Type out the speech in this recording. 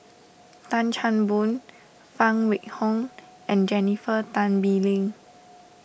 Tan Chan Boon Phan Wait Hong and Jennifer Tan Bee Leng